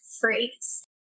phrase